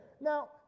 Now